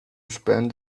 spend